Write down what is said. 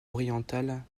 orientales